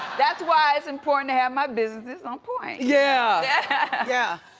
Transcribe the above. that's why it's important to have my businesses on point. yeah, yeah.